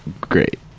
great